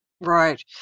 Right